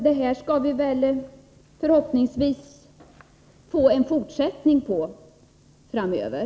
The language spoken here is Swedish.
Det skall väl förhoppningsvis bli en fortsättning på detta framöver.